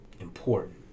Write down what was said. important